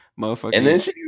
motherfucker